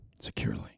securely